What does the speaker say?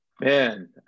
man